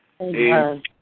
Amen